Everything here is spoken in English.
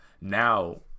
Now